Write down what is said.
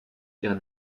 ihr